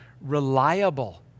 reliable